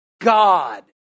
God